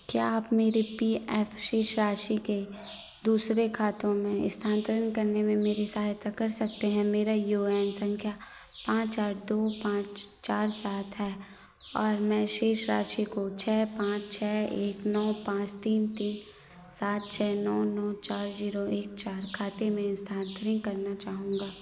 क्या आप मेरे पी एफ शेष राशि के दूसरे खातों में स्थानतरण करने में मेरी सहायता कर सकते हैं मेरा यू ए एन संख्या पाँच आठ दो पाँच चार सात है और मैं शेष राशि को छह पाँच छह एक नौ पाँच तीन तीन सात छह नौ नौ चार जीरो एक चार खाते में स्थानांतरित करना चाहूँगा